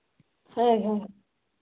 ہاں